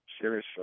serious